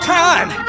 time